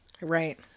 right